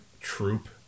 troop